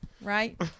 right